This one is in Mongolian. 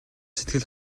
сэтгэл